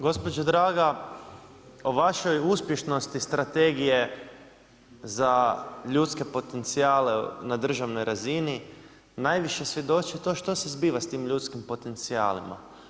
Gospođo draga o vašoj uspješnosti strategije za ljudske potencijale na državnoj razini najviše svjedoči to što se zbiva s tim ljudskim potencijalima.